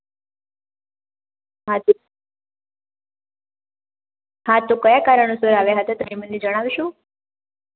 હા જી હા તો કયા કારણોસર આવ્યાં હતાં તમે મને જણાવશો